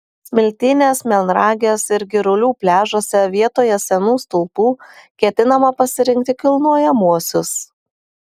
smiltynės melnragės ir girulių pliažuose vietoje senų stulpų ketinama pasirinkti kilnojamuosius